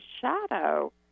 shadow